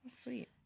sweet